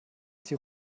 die